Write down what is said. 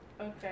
Okay